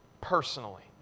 personally